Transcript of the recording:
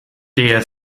der